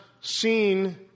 seen